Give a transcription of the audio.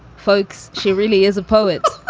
folks, she really is a poet.